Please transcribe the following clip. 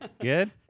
good